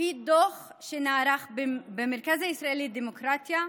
לפי דוח שנערך במרכז הישראלי לדמוקרטיה,